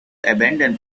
abandon